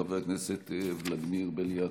חבר הכנסת ולדימיר בליאק.